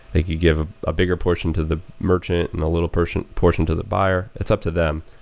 they could give a bigger portion to the merchant and a little portion portion to the buyer. it's up to them,